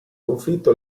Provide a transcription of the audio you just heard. conflitto